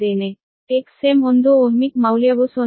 Xm1 ohmic ಮೌಲ್ಯವು 0